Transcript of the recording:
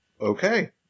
okay